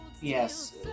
Yes